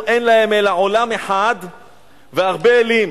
הללו, אין להם אלא עולם אחד והרבה אלים,